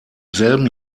selben